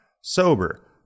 Sober